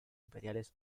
imperiales